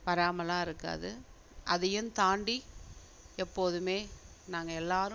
வராமலாம் இருக்காது அதையும் தாண்டி எப்போதுமே நாங்கள் எல்லாரும்